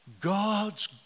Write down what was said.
God's